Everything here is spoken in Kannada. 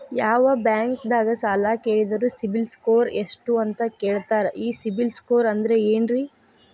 ಯಾವ ಬ್ಯಾಂಕ್ ದಾಗ ಸಾಲ ಕೇಳಿದರು ಸಿಬಿಲ್ ಸ್ಕೋರ್ ಎಷ್ಟು ಅಂತ ಕೇಳತಾರ, ಈ ಸಿಬಿಲ್ ಸ್ಕೋರ್ ಅಂದ್ರೆ ಏನ್ರಿ?